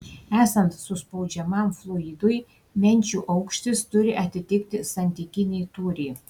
esant suspaudžiamam fluidui menčių aukštis turi atitikti santykinį tūrį